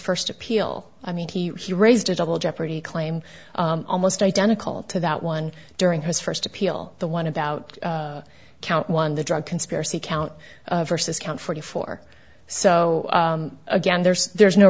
first appeal i mean he he raised a double jeopardy claim almost identical to that one during his first appeal the one about count one the drug conspiracy count versus count forty four so again there's there's no